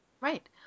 Right